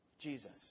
Jesus